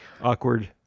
awkward